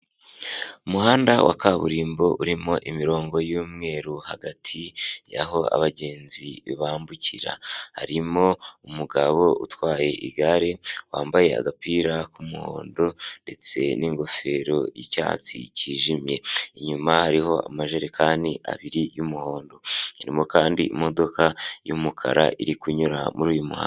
Umuhanda wa kaburimbo urimo imirongo y'umweru hagati y'aho abagenzi bambukira, harimo umugabo utwaye igare wambaye agapira k'umuhondo ndetse n'ingofero y'icyatsi kijimye, inyuma hariho amajerekani abiri y'umuhondo, irimo kandi imodoka y'umukara iri kunyura muri uyu muhanda.